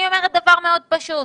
אני אומרת דבר פשוט,